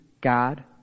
God